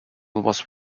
was